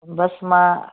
बसि मां